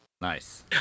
Nice